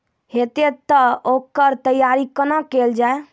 हेतै तअ ओकर तैयारी कुना केल जाय?